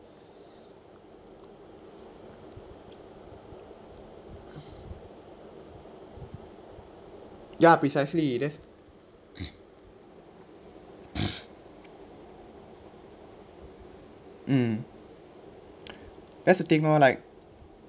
ya precisely that's mm that's the thing orh like